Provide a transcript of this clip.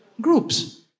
groups